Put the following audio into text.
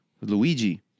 Luigi